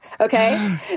okay